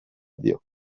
dio